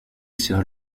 sur